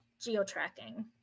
geo-tracking